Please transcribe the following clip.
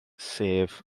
sef